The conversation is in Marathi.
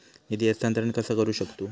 निधी हस्तांतर कसा करू शकतू?